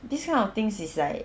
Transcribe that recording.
this kind of things is like